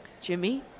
Jimmy